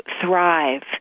thrive